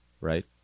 right